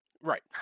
Right